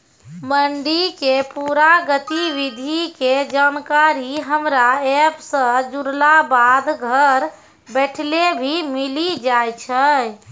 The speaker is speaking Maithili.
मंडी के पूरा गतिविधि के जानकारी हमरा एप सॅ जुड़ला बाद घर बैठले भी मिलि जाय छै